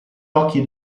occhi